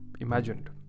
imagined